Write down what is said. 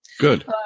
Good